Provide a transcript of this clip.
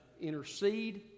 intercede